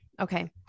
Okay